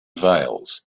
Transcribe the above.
veils